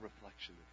reflection